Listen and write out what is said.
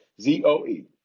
Z-O-E